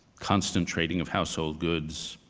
constant trading of household goods.